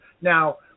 now